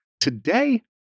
Today